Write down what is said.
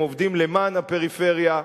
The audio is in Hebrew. הם עובדים למען הפריפריה,